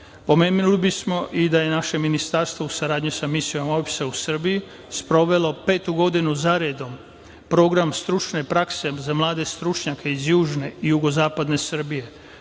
bismo i da je naše ministarstvo u saradnji sa Misijom OEBS-a u Srbiji sprovelo petu godinu za redom program stručne prakse za mlade stručnjake iz južne i jugozapadne Srbije.